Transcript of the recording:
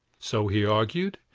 so he argued,